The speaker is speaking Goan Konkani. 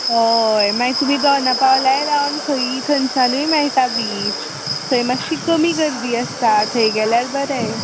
हय मागीर तुमी दोनापावलाय रावन थंय थंयच्यानूय मेळटा बीच थंय मातशी कमी गर्दी बी आसता थंय गेल्यार बरें